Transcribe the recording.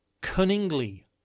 cunningly